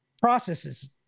processes